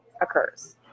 occurs